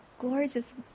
gorgeous